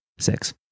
Six